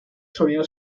sonido